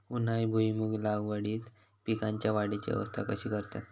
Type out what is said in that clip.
उन्हाळी भुईमूग लागवडीत पीकांच्या वाढीची अवस्था कशी करतत?